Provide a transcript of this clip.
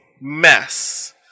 mess